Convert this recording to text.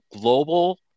global